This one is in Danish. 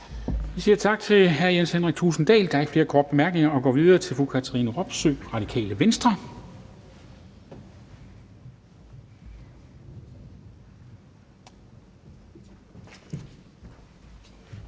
Vi siger tak til hr. Jens Henrik Thulesen Dahl. Der er ikke flere korte bemærkninger, og så går vi videre til fru Katrine Robsøe, Det Radikale Venstre.